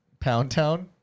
Poundtown